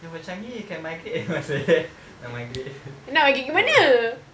ya but changi you can migrate anywhere also eh nak migrate ya